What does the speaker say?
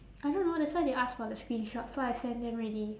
I don't know that's why they ask for the screenshot so I send them already